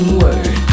word